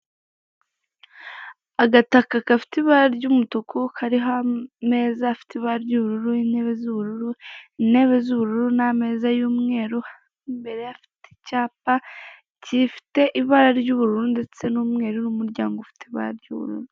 Agataka gafite ibara ry'umutuku, kariho ameza afite ibara ry'ubururu, intebe z'ubururu, intebe z'ubururu n'ameza y'umweru, imbere hafite icyapa gifite ibara ry'ubururu ndetse n'umweru, n'umuryango ufite ibara ry'ubururu.